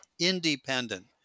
independent